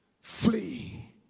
Flee